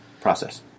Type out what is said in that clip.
process